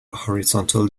horizontal